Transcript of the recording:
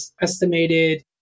estimated